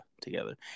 together